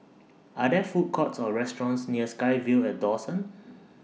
Are There Food Courts Or restaurants near SkyVille At Dawson